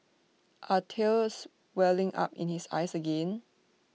are tears welling up in his eyes again